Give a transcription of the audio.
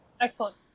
Excellent